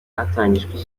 hatangijwe